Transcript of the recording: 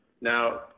now